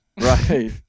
right